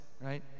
right